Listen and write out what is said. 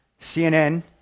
CNN